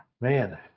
Man